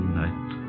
night